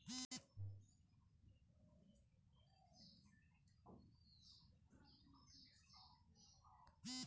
sprayer হচ্ছে farm সরঞ্জাম জমিতে জল দেওয়া হয়